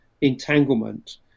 entanglement